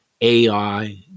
AI